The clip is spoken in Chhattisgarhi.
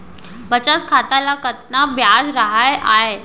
बचत खाता ल कतका ब्याज राहय आय?